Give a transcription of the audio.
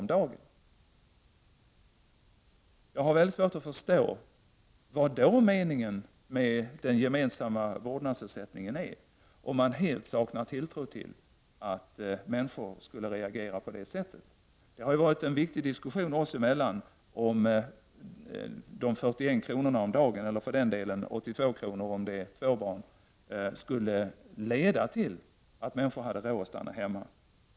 om dagen?” Jag har väldigt svårt att förstå vilken meningen med den gemensamma vårdnadsersättningen är om man helt saknar tilltro till att människor skulle reagera på avsett sätt. Det har ju varit en viktig diskussion mellan oss om 41 kr. om dagen - eller för den delen 82 kr. för två barn — skulle leda till att människor hade råd att stanna hemma.